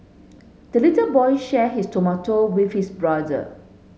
the little boy shared his tomato with his brother